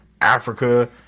Africa